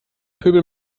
pöbel